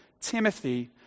Timothy